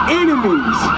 enemies